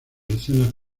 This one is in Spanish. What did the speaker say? escenas